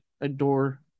adore